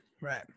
right